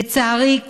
לצערי,